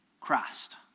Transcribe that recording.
Christ